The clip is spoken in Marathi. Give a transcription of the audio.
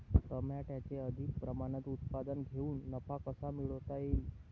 टमाट्याचे अधिक प्रमाणात उत्पादन घेऊन नफा कसा मिळवता येईल?